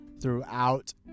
throughout